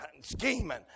scheming